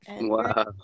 Wow